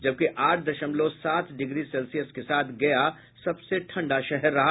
जबकि आठ दशमलव सात डिग्री के साथ गया सबसे ठंडा शहर रहा